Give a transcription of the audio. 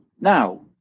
Now